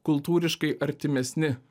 kultūriškai artimesni